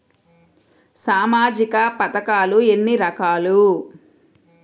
సామాజిక పథకాలు ఎన్ని రకాలు?